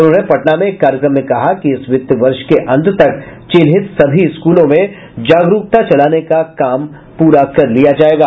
उन्होंने पटना में एक कार्यक्रम में कहा कि इस वित्त वर्ष के अंत तक चिह्नित सभी स्कूलों में जागरूकता चलाने का काम पूरा कर लिया जाएगा